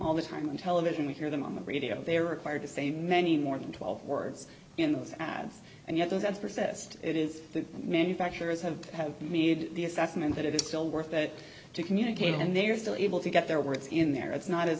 all the time on television we hear them on the radio they are required to say many more than twelve words in those ads and yet those ads persist it is the manufacturers have have made the assessment that it is still worth it to communicate and they are still able to get their words in there it's not as